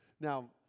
Now